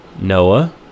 Noah